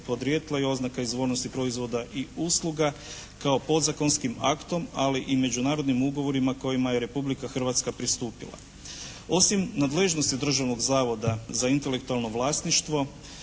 porijekla i oznaka izvornosti proizvoda i usluga kao podzakonskim aktom ali i međunarodnim ugovorima kojima je Republika Hrvatska pristupila. Osim nadležnosti Državnog zavoda za intelektualno vlasništvo